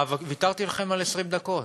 ויתרתי לכם על 20 דקות.